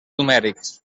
numèrics